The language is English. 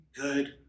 good